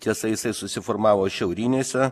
tiesa jisai susiformavo šiaurinėse